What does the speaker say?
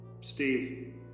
Steve